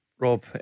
Rob